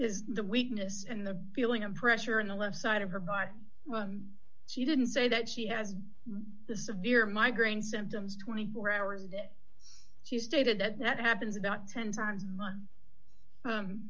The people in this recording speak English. is the weakness and the feeling of pressure in the left side of her heart when she didn't say that she has the severe migraine symptoms twenty four hours a day she stated that that happens about ten times a month